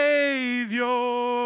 Savior